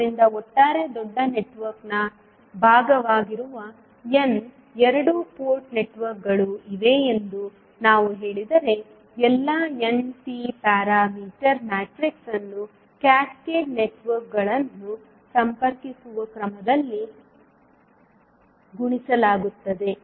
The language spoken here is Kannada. ಆದ್ದರಿಂದ ಒಟ್ಟಾರೆ ದೊಡ್ಡ ನೆಟ್ವರ್ಕ್ನ ಭಾಗವಾಗಿರುವ n ಎರಡು ಪೋರ್ಟ್ ನೆಟ್ವರ್ಕ್ಗಳು ಇವೆ ಎಂದು ನಾವು ಹೇಳಿದರೆ ಎಲ್ಲಾ n T ಪ್ಯಾರಾಮೀಟರ್ ಮೆಟ್ರಿಕ್ಸ್ ಅನ್ನು ಕ್ಯಾಸ್ಕೇಡ್ ನೆಟ್ವರ್ಕ್ಗಳನ್ನು ಸಂಪರ್ಕಿಸಿರುವ ಕ್ರಮದಲ್ಲಿ ಗುಣಿಸಲಾಗುತ್ತದೆ